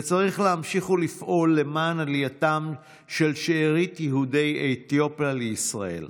וצריך להמשיך לפעול למען עלייתם של שארית יהודי אתיופיה לישראל.